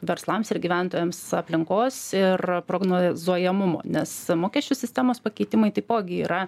verslams ir gyventojams aplinkos ir prognozuojamumo nes mokesčių sistemos pakeitimai taipogi yra